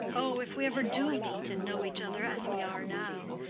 oh, if we ever do meet and know each other as we are now,